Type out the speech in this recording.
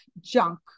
junk